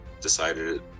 decided